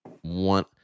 one